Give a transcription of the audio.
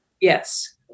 Yes